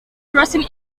crossing